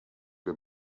der